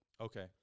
Okay